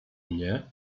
mnie